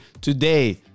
today